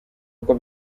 uko